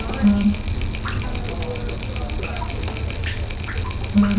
हमरा आपन खाता अपडेट करे के बा